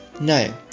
no